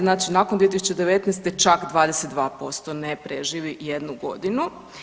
Znači nakon 2019. čak 22% ne preživi jednu godinu.